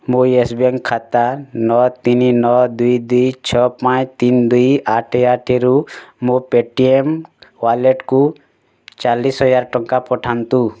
ମୋ Yes Bank ଖାତା ନଅ ତିନି ନଅ ଦୁଇ ଦୁଇ ଛଅ ପାଞ୍ଚ ତିନି ଦୁଇ ଆଠ ଆଠ ରୁ ମୋ ପେଟିଏମ୍ ୱାଲେଟ୍କୁ ଚାଲିଶି ହଜାର ଟଙ୍କା ପଠାନ୍ତୁ